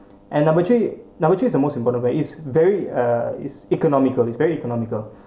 and number three number three is the most important where it's very uh it's economically it's very economical